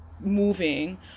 moving